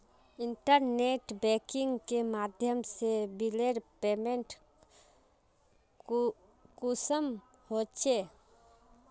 Internet banking के माध्यम से बिलेर पेमेंट कुंसम होचे?